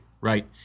Right